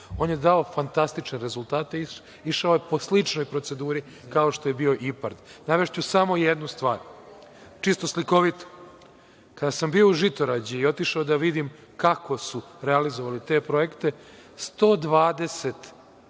On je dao fantastične rezultate i išao je po sličnoj proceduri kao što je bio IPARD. Navešću samo jednu stvar, čisto slikovito. Kada sam bio u Žitorađi i otišao da vidim kako su realizovali te projekte, 120